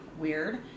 weird